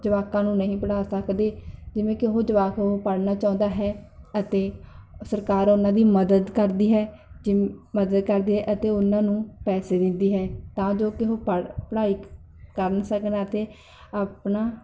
ਜਵਾਕਾਂ ਨੂੰ ਨਹੀਂ ਪੜ੍ਹਾ ਸਕਦੇ ਜਿਵੇਂ ਕਿ ਉਹ ਜਵਾਕ ਪੜ੍ਹਨਾ ਚਾਹੁੰਦਾ ਹੈ ਅਤੇ ਸਰਕਾਰ ਉਹਨਾਂ ਦੀ ਮਦਦ ਕਰਦੀ ਹੈ ਜਿ ਮਦਦ ਕਰਦੀ ਹੈ ਅਤੇ ਉਹਨਾਂ ਨੂੰ ਪੈਸੇ ਦਿੰਦੀ ਹੈ ਤਾਂ ਜੋ ਕਿ ਉਹ ਪੜ੍ਹ ਪੜ੍ਹਾਈ ਕਰ ਸਕਣ ਅਤੇ ਆਪਣਾ